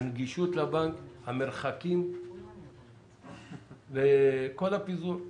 הנגישות לבנק, המרחקים וכל הפיזור.